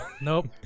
Nope